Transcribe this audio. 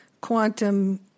Quantum